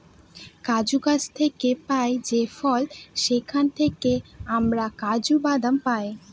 কাজু গাছ থেকে পাই যে ফল সেখান থেকে আমরা কাজু বাদাম পাই